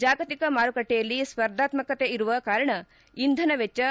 ಜಾಗತಿಕ ಮಾರುಕಟ್ಟೆಯಲ್ಲಿ ಸ್ಪರ್ಧಾತ್ಮಕತೆ ಇರುವ ಕಾರಣ ಇಂಧನ ವೆಜ್ವ